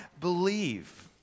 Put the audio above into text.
believe